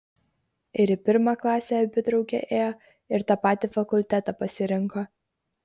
ir į pirmą klasę abi drauge ėjo ir tą patį fakultetą pasirinko